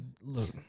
Look